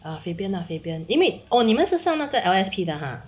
ah fabian lah fabian 因为哦你们是上那个 L_S_P 的啊